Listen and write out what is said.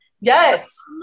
Yes